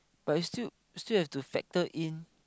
but is still still has to factor in